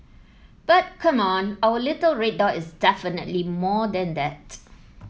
but come on our little red dot is definitely more than that